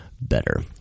better